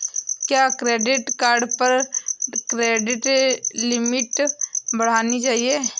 क्या credit card पर credit limit बढ़ानी चाहिए?